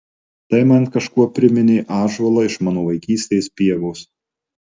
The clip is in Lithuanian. tai man kažkuo priminė ąžuolą iš mano vaikystės pievos